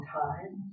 time